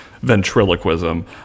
ventriloquism